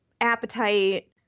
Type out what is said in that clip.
appetite